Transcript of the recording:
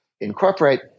incorporate